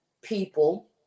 people